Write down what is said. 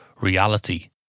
reality